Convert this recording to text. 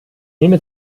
nehme